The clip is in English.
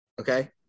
okay